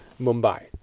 Mumbai